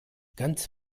ganz